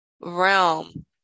realm